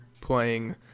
playing